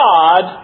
God